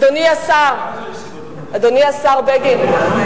אדוני השר בגין,